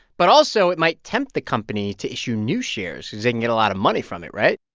but also, it might tempt the company to issue new shares because they can get a lot of money from it, right?